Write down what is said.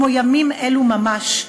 כמו ימים אלו ממש,